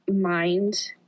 mind